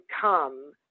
come